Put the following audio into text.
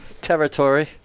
territory